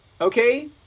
Okay